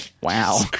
Wow